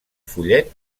follet